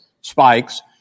spikes